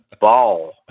ball